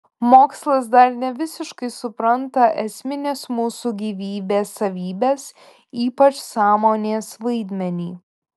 mokslas dar nevisiškai supranta esmines mūsų gyvybės savybes ypač sąmonės vaidmenį